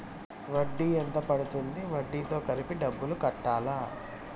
వడ్డీ ఎంత పడ్తుంది? వడ్డీ తో కలిపి డబ్బులు కట్టాలా?